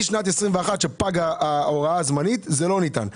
משנת 21' שפג ההוראה הזמנית זה לא ניתן.